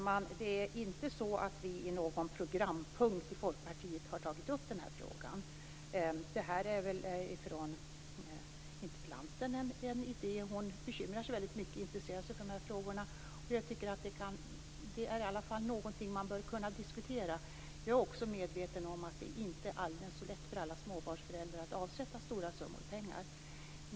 Fru talman! Vi i Folkpartiet har inte tagit upp den här frågan i någon programpunkt. Det här är en idé från interpellanten, som bekymrar och intresserar sig för dessa frågor. Jag tycker att det är något som man i alla fall bör kunna diskutera. Jag är också medveten om att det inte är så alldeles lätt för alla småbarnsföräldrar att avsätta stora summor pengar.